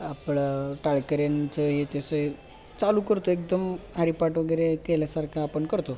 आपलं टाळकऱ्यांचं हे तसं चालू करतो एकदम हरिपाठ वगैरे केल्यासारखं आपण करतो